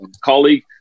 colleague